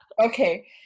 Okay